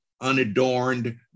unadorned